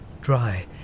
dry